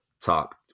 top